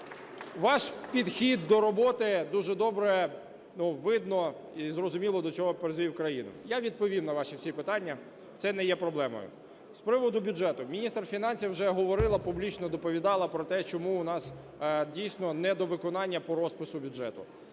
ваш підхід до роботи дуже добре видно, і зрозуміло, до чого призвів країну. Я відповім на ваші всі питання, це не є проблемою. З приводу бюджету. Міністр фінансів вже говорила, публічно доповідала про те, чому у нас дійсно недовиконання по розпису бюджету.